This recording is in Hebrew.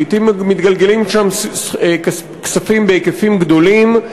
לעתים מתגלגלים שם כספים בהיקפים גדולים.